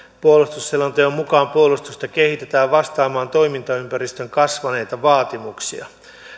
puolustusselonteon mukaan puolustusta kehitetään vastaamaan toimintaympäristön kasvaneita vaatimuksia